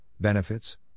benefits